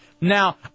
Now